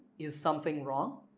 is something wrong?